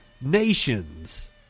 nations